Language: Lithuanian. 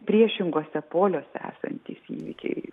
priešinguose poliuose esantys įvykiai